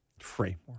Framework